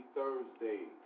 Thursday